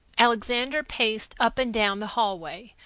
alexander paced up and down the hallway,